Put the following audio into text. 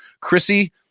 chrissy